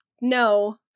No